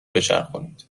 بچرخونید